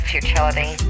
Futility